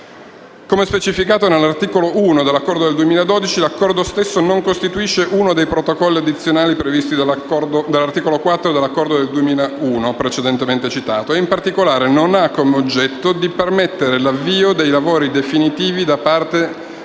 Come specificato nell'articolo 1 dell'Accordo del 2012, l'Accordo stesso non costituisce uno dei protocolli addizionali previsti dall'articolo 4 dell'Accordo del 2001 precedentemente citato e, in particolare, non ha come oggetto di permettere l'avvio dei lavori definitivi della parte